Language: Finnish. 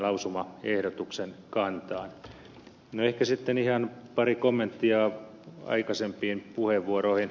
no ehkä sitten ihan pari kommenttia aikaisempiin puheenvuoroihin